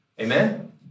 Amen